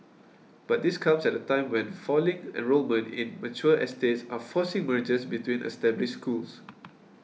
but this comes at a time when falling enrolment in mature estates are forcing mergers between established schools